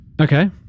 Okay